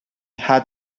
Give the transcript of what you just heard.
had